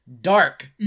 Dark